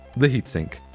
the heatsink.